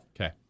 Okay